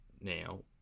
Now